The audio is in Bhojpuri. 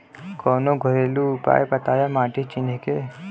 कवनो घरेलू उपाय बताया माटी चिन्हे के?